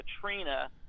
Katrina